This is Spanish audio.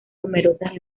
numerosas